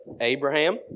Abraham